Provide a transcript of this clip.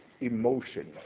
emotion